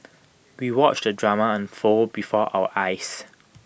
we watched the drama unfold before our eyes